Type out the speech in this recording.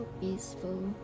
peaceful